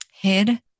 hid